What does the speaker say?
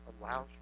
allows